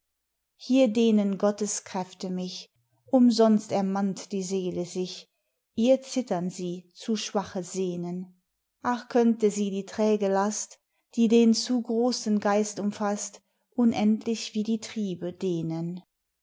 hier dehnen gottes kräfte mich umsonst ermannt die seele sich ihr zittern sie zu schwache sehnen ach könnte sie die träge last die den zu großen geist umfasst unendlich wie die triebe dehnen